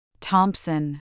Thompson